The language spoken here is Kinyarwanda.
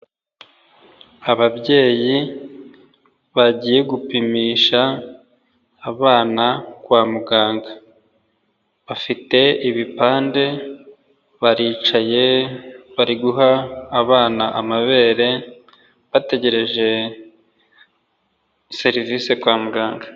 Ababyeyi bagiye gupimisha abana kwa muganga, bafite ibipande baricaye, bari guha abana amabere bategereje serivisi kwa muganga.